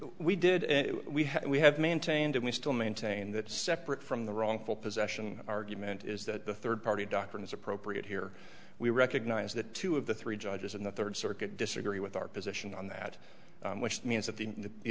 have we have maintained and we still maintain that separate from the wrongful possession argument is that the third party doctrine is appropriate here we recognize that two of the three judges in the third circuit disagree with our position on that which means that the